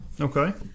Okay